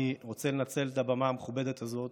אני רוצה לנצל את הבמה המכובדת הזאת